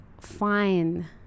fine